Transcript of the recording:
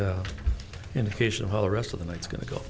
indication of how the rest of the night is go